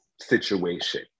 situation